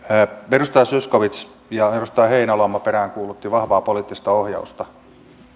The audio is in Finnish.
edustaja zyskowicz ja edustaja heinäluoma peräänkuuluttivat vahvaa poliittista ohjausta